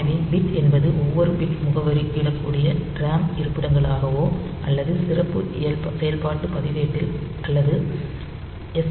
எனவே பிட் என்பது எந்தவொரு பிட் முகவரியிடக்கூடிய ரேம் இருப்பிடங்களாகவோ அல்லது சிறப்பு செயல்பாட்டு பதிவேட்டில் அல்லது எஸ்